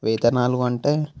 వేతనాలు అంటే